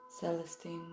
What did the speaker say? Celestine